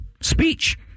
speech